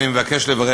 אני מבקש לברך,